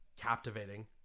captivating